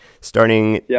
Starting